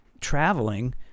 traveling